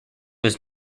was